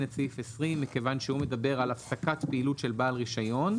את סעיף 20 מכיוון שהוא מדבר על הפסקת פעילות של בעל רישיון.